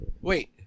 Wait